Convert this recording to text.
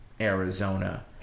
Arizona